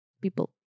people